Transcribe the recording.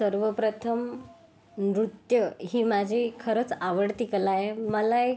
सर्वप्रथम नृत्य ही माझी खरंच आवडती कला आहे मला एक